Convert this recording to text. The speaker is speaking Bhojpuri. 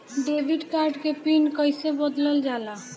डेबिट कार्ड के पिन कईसे बदलल जाला?